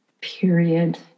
period